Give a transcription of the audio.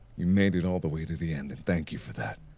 you made it all the way to the end, and thank you for that.